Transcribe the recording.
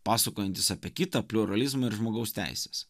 pasakojantys apie kitą pliuralizmą ir žmogaus teises